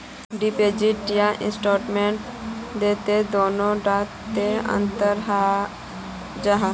Deposit या investment तोत दोनों डात की अंतर जाहा?